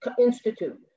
institute